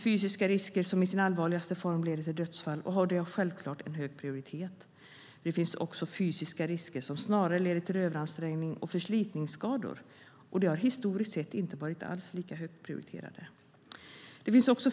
Fysiska risker som i sin allvarligaste form leder till dödsfall har självklart en hög prioritet. Fysiska risker som snarare leder till överansträngning och förslitningsskador har historiskt inte varit alls lika högt prioriterade.